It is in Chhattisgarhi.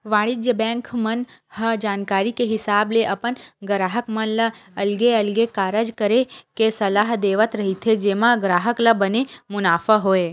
वाणिज्य बेंक मन ह जानकारी के हिसाब ले अपन गराहक मन ल अलगे अलगे कारज करे के सलाह देवत रहिथे जेमा ग्राहक ल बने मुनाफा होय